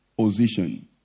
position